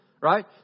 Right